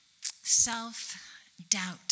self-doubt